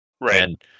right